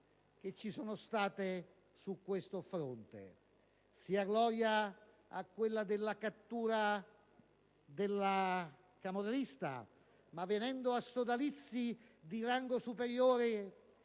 che ci sono state su questo fronte. Sia gloria alla cattura del camorrista ma, venendo a sodalizi di rango superiore,